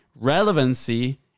relevancy